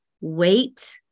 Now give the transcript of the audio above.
wait